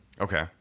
Okay